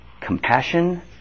Compassion